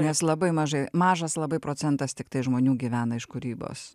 nes labai mažai mažas labai procentas tiktai žmonių gyvena iš kūrybos